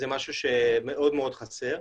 זה משהו שמאוד מאוד חסר.